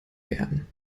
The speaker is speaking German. werden